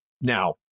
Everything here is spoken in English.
Now